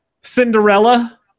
Cinderella